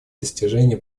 достижения